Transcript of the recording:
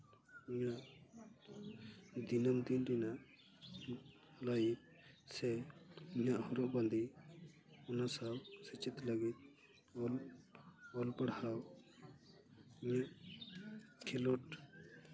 ᱫᱤᱱᱟᱹᱢ ᱫᱤᱱ ᱨᱮᱭᱟᱜ ᱞᱟᱹᱭ ᱥᱮ ᱤᱧᱟᱹᱜ ᱦᱚᱨᱚᱜ ᱵᱟᱸᱫᱮ ᱚᱱᱟ ᱥᱟᱶ ᱥᱮᱪᱮᱫ ᱞᱟᱹᱜᱤᱫ ᱵᱚᱱ ᱚᱞ ᱯᱟᱲᱦᱟᱣ ᱤᱧᱟᱹᱜ ᱠᱷᱮᱞᱳᱰ